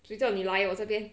谁叫你来我这边